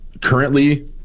currently